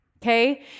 Okay